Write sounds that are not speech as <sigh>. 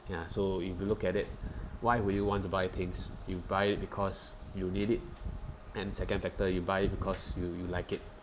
ya so if you look at it <breath> why would you want to buy things you buy it because you need it <noise> and second factor you buy it because you you like it